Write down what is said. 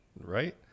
right